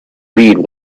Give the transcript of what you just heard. read